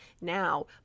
now